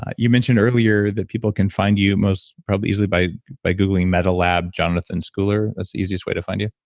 ah you mentioned earlier that people can find you most probably easily by by googling meta lab, jonathan schooler. that's the easiest way to find you?